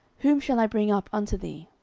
whom shall i bring up unto thee?